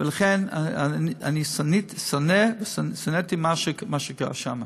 לכן אני שנאתי את מה שקרה שם.